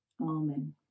Amen